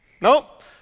Nope